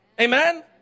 Amen